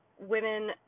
women